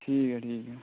ठीक ऐ ठीक ऐ